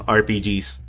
rpgs